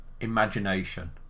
imagination